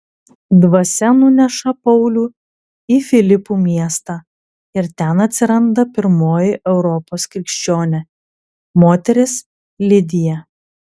dvasia nuneša paulių į filipų miestą ir ten atsiranda pirmoji europos krikščionė moteris lidija